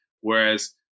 whereas